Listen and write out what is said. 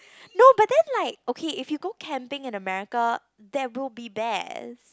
no but then like okay if you go camping in America there will be bears